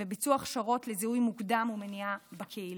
וביצוע הכשרות לזיהוי מוקדם ומניעה בקהילה.